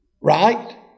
Right